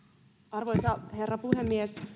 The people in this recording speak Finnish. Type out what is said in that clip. arvoisa herra puhemies